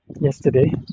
yesterday